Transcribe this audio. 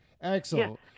Excellent